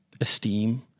esteem